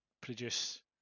produce